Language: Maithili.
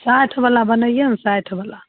साठि बाला बनैयै ने साठि बाला